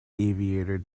aviator